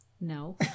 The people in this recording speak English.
No